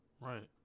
Right